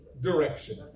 direction